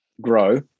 grow